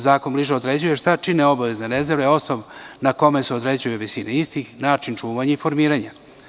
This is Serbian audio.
Zakon bliže određuje šta čine obavezne rezerve, osnov na kome se određuje visina istih, način čuvanja i formiranja.